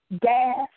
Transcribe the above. gas